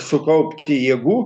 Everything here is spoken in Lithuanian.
sukaupti jėgų